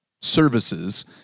services